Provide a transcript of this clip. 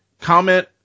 comment